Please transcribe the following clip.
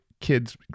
kids